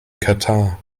katar